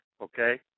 okay